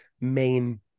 main